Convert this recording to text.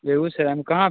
बेगूसराय में कहाँ